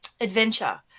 adventure